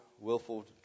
willful